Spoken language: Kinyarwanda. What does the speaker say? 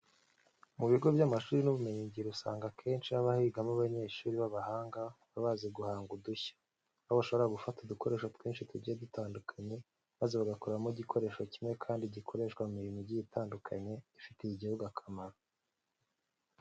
Mu bigo by'amashuri y'imyuga n'ubumenyingiro usanga akenshi haba higamo abanyeshuri b'abahanga baba bazi guhanga udushya, aho bashobora gufata udukoresho twinshi tugiye dutandukanye maze bagakoramo igikoresho kimwe kandi gikoreshwa mu mirimo igiye itandukanye ifitiye igihugu akamaro.